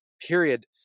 period